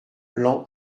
plan